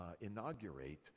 inaugurate